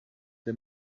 der